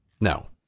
No